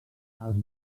els